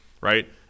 right